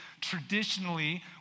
traditionally